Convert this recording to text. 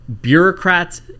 bureaucrats